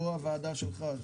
או הוועדה שלך,